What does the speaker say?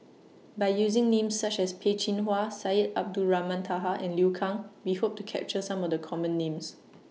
By using Names such as Peh Chin Hua Syed Abdulrahman Taha and Liu Kang We Hope to capture Some of The Common Names